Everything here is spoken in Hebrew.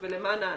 כמו שהילה אמרה,